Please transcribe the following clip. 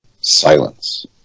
silence